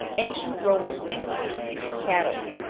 ancient romans cattle.